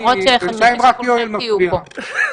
בינתיים רק יואל מפריע.